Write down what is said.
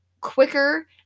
quicker